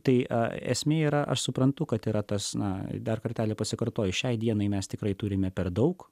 tai esmė yra aš suprantu kad yra tas na dar kartelį pasikartosiu šiai dienai mes tikrai turime per daug